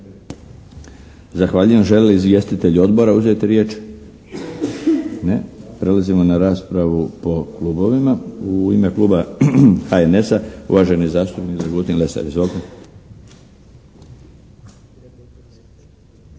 Zahvaljujem. Želi li izvjestitelj odbora uzeti riječ? Ne. Prelazimo na raspravu po klubovima. U ime kluba HNS-a, uvaženi zastupnik Dragutin Lesar.